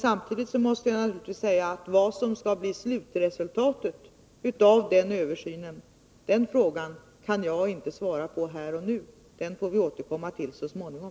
Samtidigt måste jag förklara att jag här och nu inte kan säga vad slutresultatet av den översynen kan bli. Den saken får vi återkomma till så småningom.